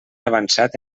avançat